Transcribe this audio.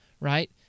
right